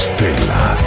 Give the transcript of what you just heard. Stella